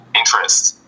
interests